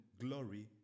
glory